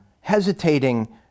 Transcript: hesitating